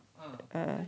uh